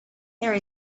there